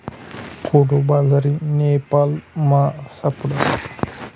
कोडो बाजरी नेपालमा सापडस